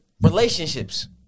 relationships